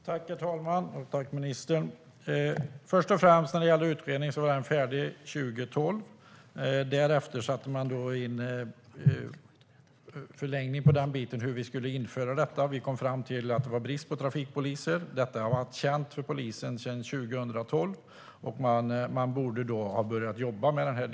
Herr talman! Tack, ministern! Utredningen var färdig 2012, och därefter satte man in en förlängning rörande hur vi skulle införa detta. Vi kom fram till att det var brist på trafikpoliser. Detta har varit känt för polisen sedan 2012, och man borde självklart ha börjat jobba med det.